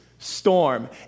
storm